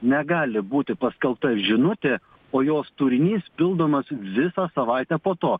negali būti paskelbta žinutė o jos turinys pildomas visą savaitę po to